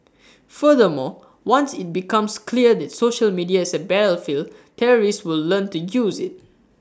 furthermore once IT becomes clear that social media is A battlefield terrorists will learn to use IT